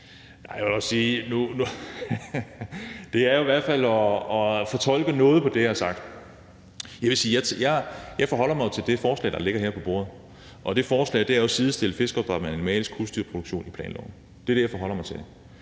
det jo i hvert fald er at fortolke noget på det, jeg har sagt. Jeg forholder mig jo til det forslag, der ligger her på bordet, og det forslag handler om at sidestille fiskeopdræt med animalsk husdyrproduktion i planloven. Det er det, jeg forholder mig til.